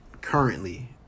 currently